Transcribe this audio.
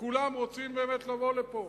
ובאמת כולם רוצים לבוא לפה.